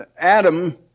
Adam